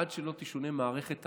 עד שלא תשונה מערכת התביעות.